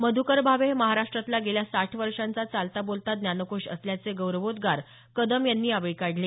मध्कर भावे हे महाराष्ट्रातला गेल्या साठ वर्षाचा चालता बोलता ज्ञानकोष असल्याचे गौरवोद्रार कदम यांनी यावेळी काढले